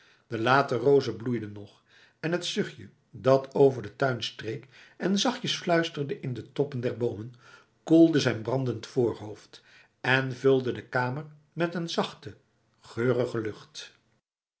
de late rozen bloeiden nog en het zuchtje dat over den tuin streek en zachtjes fluisterde in de toppen der boomen koelde zijn brandend voorhoofd en vulde de kamer met een zachte geurige lucht